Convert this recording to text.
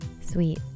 sweet